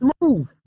move